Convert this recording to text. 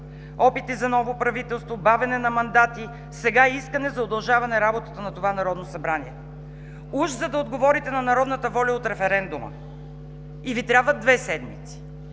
опити за ново правителство, бавене на мандати, сега искане за удължаване работата на това Народно събрание, уж за да отговорите на народната воля от референдума, и Ви трябват две седмици.